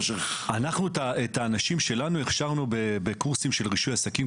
את האנשים שלנו אנחנו הכשרנו בקורסים של רישוי עסקים,